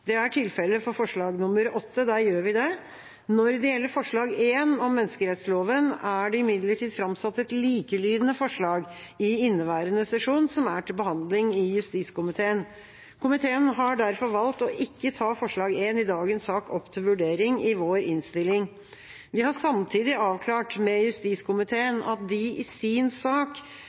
Det er tilfellet for forslag nr. 8 – der gjør vi det. Når det gjelder forslag nr. 1, om menneskerettsloven, er det imidlertid framsatt et likelydende forslag i inneværende sesjon, som er til behandling i justiskomiteen. Komiteen har derfor valgt ikke å ta forslag nr. 1 i dagens sak opp til vurdering i sin innstilling. Vi har samtidig avklart med justiskomiteen at de i sin sak